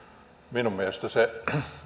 minun mielestäni se